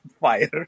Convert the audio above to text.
fire